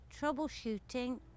Troubleshooting